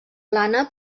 plana